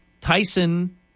Tyson